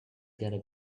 gotta